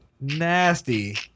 Nasty